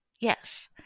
Yes